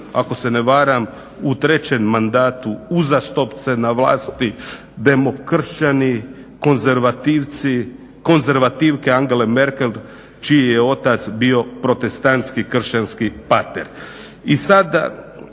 ako se ne varam u trećem mandatu uzastopce na vlasi demokršćani, konzervativci, konzervativke Angele Merkel čiji je otac bio protestantski kršćanski pater. I sada